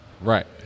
Right